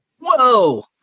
Whoa